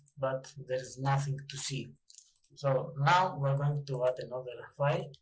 but there is nothing to see so, now we're going to add another file,